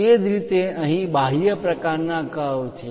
એ જ રીતે અહીં બાહ્ય પ્રકારના કર્વ છે